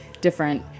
different